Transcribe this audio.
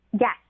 Yes